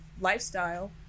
lifestyle